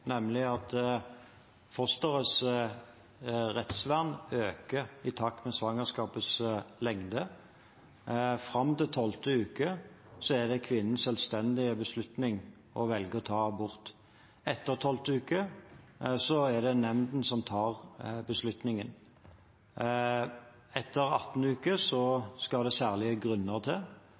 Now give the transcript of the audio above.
at fosterets rettsvern øker i takt med svangerskapets lengde. Fram til tolvte uke er det kvinnens selvstendige beslutning å velge å ta abort. Etter tolvte uke er det nemnden som tar beslutningen. Etter 18. uke skal det særlige grunner til,